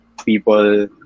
people